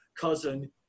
cousin